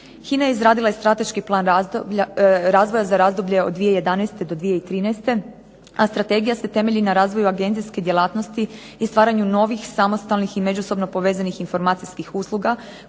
HINA je izradila i strateški plan razvoja za razdoblje od 2011. do 2013. a strategija se temelji na razvoju agencijske djelatnosti i stvaranju novih, samostalnih i međusobno povezanih informacijskih usluga